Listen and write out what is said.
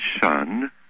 Sun